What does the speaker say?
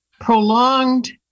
prolonged